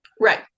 Right